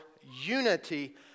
unity